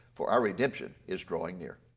for our redemption is drawing near.